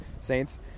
Saints